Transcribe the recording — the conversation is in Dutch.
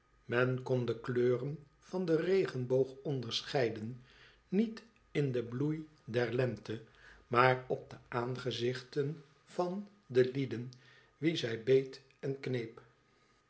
men kon de kleuren van den regenboog onderscheiden niet in den bloei der lente maar op de aangezichten van de lieden wie zij beet en kneep